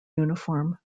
uniform